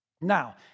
Now